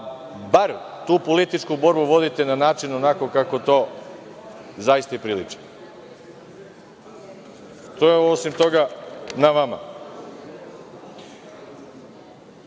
bar tu političku borbu vodite na način onako kako to zaista i priliči. To je, osim toga, na vama. Zbog